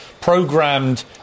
programmed